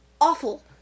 awful